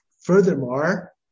Furthermore